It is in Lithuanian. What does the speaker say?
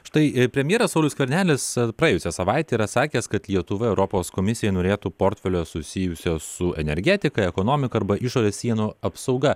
štai ir premjeras saulius skvernelis praėjusią savaitę yra sakęs kad lietuva europos komisijoj norėtų portfelio susijusio su energetika ekonomika arba išorės sienų apsauga